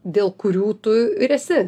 dėl kurių tu ir esi